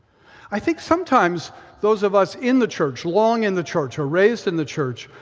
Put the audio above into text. i think sometimes those of us in the church, long in the church or raised in the church,